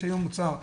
יש היום מוצר,